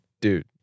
Dude